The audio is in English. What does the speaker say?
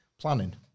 planning